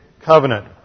covenant